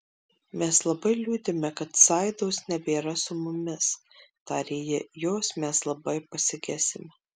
mes labai liūdime kad saidos nebėra su mumis tarė ji jos mes labai pasigesime